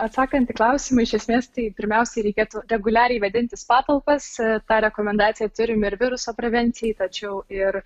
atsakant į klausimą iš esmės tai pirmiausiai reikėtų reguliariai vėdintis patalpas tą rekomendaciją turim ir viruso prevencijai tačiau ir